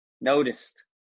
noticed